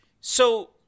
So-